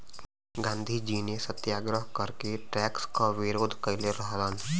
गांधीजी ने सत्याग्रह करके टैक्स क विरोध कइले रहलन